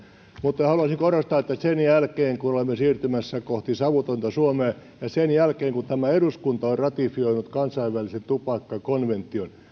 mutta haluaisin korostaa että sen jälkeen kun olemme siirtymässä kohti savutonta suomea ja sen jälkeen kun tämä eduskunta on ratifioinut kansainvälisen tupakkakonvention